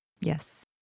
Yes